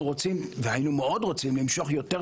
והיינו מאוד רוצים למשוך יותר